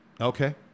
Okay